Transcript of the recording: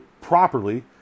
properly